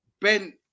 Ben